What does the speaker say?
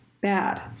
bad